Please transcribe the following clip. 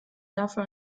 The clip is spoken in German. dafür